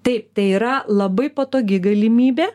taip tai yra labai patogi galimybė